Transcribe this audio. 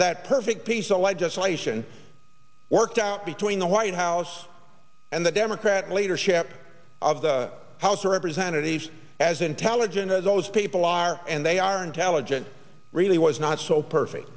that perfect piece of legislation worked out between the white house and the democrat leadership of the house of representatives as intelligent as those people are and they are intelligent really was not so perfect